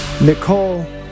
Nicole